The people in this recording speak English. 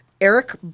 Eric